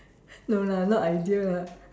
no lah not ideal lah